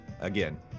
again